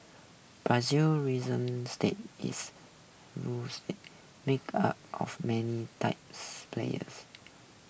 Brazil's reason stay is made up of many taps players